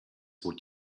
would